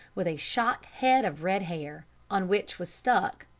with a shock head of red hair, on which was stuck,